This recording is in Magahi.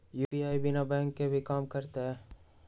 यू.पी.आई बिना बैंक के भी कम करतै?